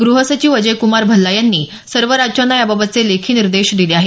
गृह सचिव अजय कुमार भल्ला यांनी सर्व राज्यांना याबाबतचे लेखी निर्देश दिले आहेत